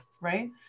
right